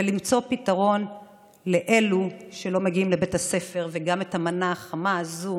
ולמצוא פתרון לאלו שלא מגיעים לבית הספר וגם את המנה חמה הזו